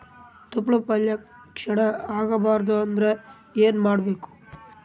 ತೊಪ್ಲಪಲ್ಯ ಕ್ಷೀಣ ಆಗಬಾರದು ಅಂದ್ರ ಏನ ಮಾಡಬೇಕು?